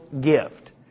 gift